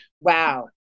Wow